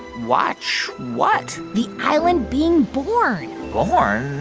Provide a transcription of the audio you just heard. watch what? the island being born born?